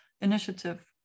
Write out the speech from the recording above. initiative